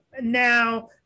now